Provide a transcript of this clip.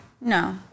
No